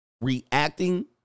Reacting